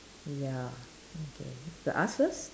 ya okay you ask first